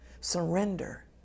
surrender